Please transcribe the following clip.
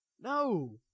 No